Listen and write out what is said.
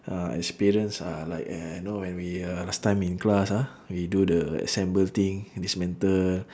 uh experience ah like uh you know when we uh last time in class ah we do the assemble thing dismantle